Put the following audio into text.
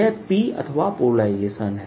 यह P अथवा polarisation है